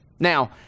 Now